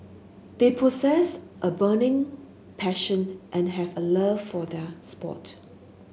they possess a burning passion and have a love for their sport